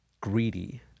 greedy